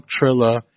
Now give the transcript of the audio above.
Trilla